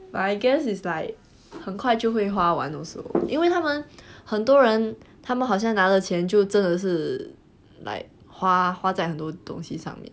I guess it's like 很快就会花完 also 因为他们很多人他们好像拿了钱就真的是 like 花花在很多东西上面